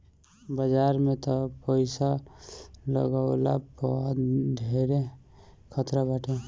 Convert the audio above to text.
बाजार में तअ पईसा लगवला पअ धेरे खतरा बाटे